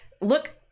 look